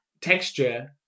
texture